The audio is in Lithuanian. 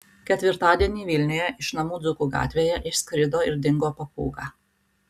ketvirtadienį vilniuje iš namų dzūkų gatvėje išskrido ir dingo papūga